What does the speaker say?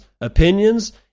opinions